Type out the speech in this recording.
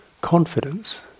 confidence